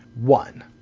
One